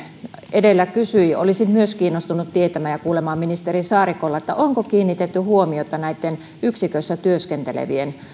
edellä kysyi olisin myös kiinnostunut tietämään ja kuulemaan ministeri saarikolta onko kiinnitetty huomiota yksiköissä työskentelevien